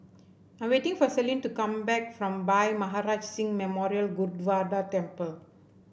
I'm waiting for Selene to come back from Bhai Maharaj Singh Memorial Temple